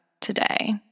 today